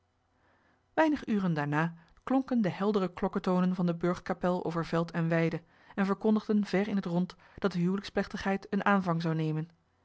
weinig uren daarna klonken de heldere klokketonen van de burchtkapel over veld en weide en verkondigden ver in t rond dat de huwelijksplechtigheid een aanvang zou nemen